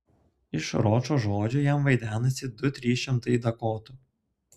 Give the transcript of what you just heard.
iš ročo žodžių jam vaidenasi du trys šimtai dakotų